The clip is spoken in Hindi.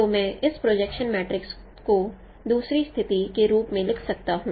तो मैं इस प्रोजेक्शन मैट्रिक्स को दूसरी स्थिति के रूप में लिख सकता हूं